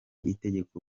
itegeko